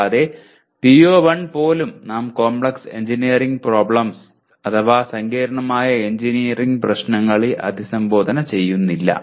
കൂടാതെ PO1 ൽ പോലും നാം കോംപ്ലക്സ് എഞ്ചിനീയറിംഗ് പ്രോബ്ലെംസ് അഥവാ സങ്കീർണ്ണമായ എഞ്ചിനീയറിംഗ് പ്രശ്നങ്ങളെ അഭിസംബോധന ചെയ്യുന്നില്ല